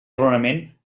raonament